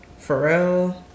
Pharrell